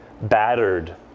battered